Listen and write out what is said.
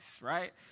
right